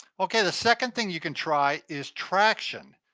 okay the second thing you can try is traction.